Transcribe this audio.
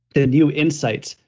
the new insights,